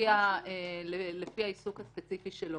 לפי העיסוק הספציפי שלו.